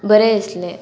बरें दिसलें